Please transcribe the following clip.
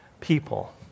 people